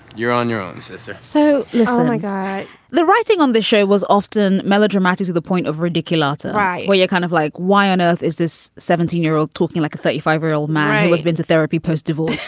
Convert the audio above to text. you're on your own, sister so, listen, i got the writing on the show was often melodramatic to the point of ridiculous. right. well, you're kind of like, why on earth is this seventeen year old talking like a thirty five year old man? he's been to therapy, post-civil